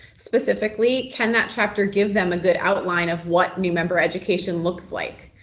specifically can that chapter give them a good outline of what new member education looks like?